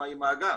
עם האגף.